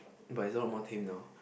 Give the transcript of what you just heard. but it's a lot more tamed now